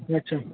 अच्छा